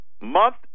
month